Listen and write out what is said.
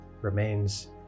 remains